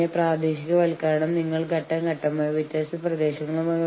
പക്ഷേ ഞങ്ങൾ ഇത് ചെയ്യുന്നത് അവർക്ക് പിന്തുണ നൽകാനാണ്